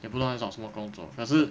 也不懂找什么工作可是